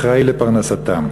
אחראי לפרנסתם.